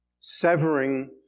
severing